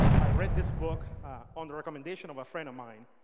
i read this book on the recommendation of a friend of mine.